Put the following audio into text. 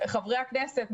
חברי הכנסת,